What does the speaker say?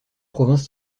province